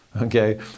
Okay